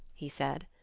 he said.